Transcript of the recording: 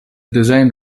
design